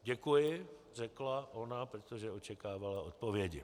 Děkuji, řekla ona, protože očekávala odpovědi.